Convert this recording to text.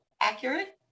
accurate